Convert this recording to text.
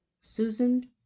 Susan